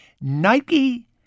Nike